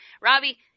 Robbie